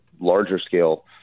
larger-scale